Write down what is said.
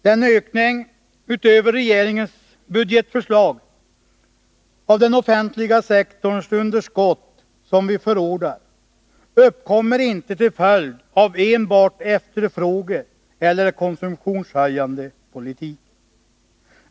Den ökning — utöver regeringens budgetförslag — av den offentliga sektorns underskott som vi förordar uppkommer inte till följd av en enbart efterfrågeeller konsumtionshöjande politik.